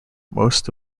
most